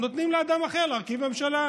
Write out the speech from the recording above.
נותנים לאדם אחר להרכיב ממשלה.